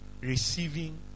Receiving